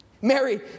Mary